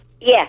Yes